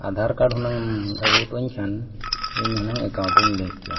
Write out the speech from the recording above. Aadhaar card ᱦᱩᱱᱟᱹᱝ ᱟᱹᱜᱩ ᱦᱚᱴᱚᱣᱟᱹᱧ ᱠᱷᱟᱱ ᱤᱧ ᱦᱩᱱᱟᱹᱝ ᱮᱠᱟᱣᱩᱱᱴ ᱤᱧ ᱞᱤᱝᱠ ᱠᱮᱭᱟ